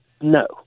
no